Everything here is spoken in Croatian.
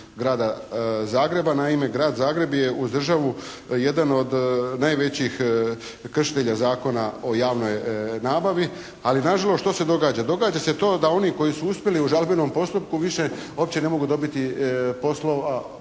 grada Zagreba. Naime Grad Zagreb je uz državu jedan od najvećih kršitelja Zakona o javnoj nabavi. Ali nažalost što se događa? Događa se to da oni koji su uspjeli u žalbenom postupku više uopće ne mogu dobiti bilo